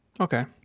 Okay